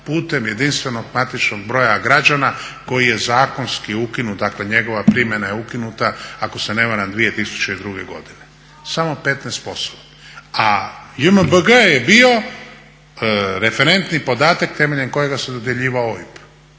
putem jedinstvenog matičnog broja građana koji je zakonski ukinut. Dakle, njegova primjena je ukinuta ako se ne varam 2002. godine, samo 15%. A JMBG je bio referentni podatak temeljem kojega se dodjeljivao OIB,